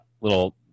little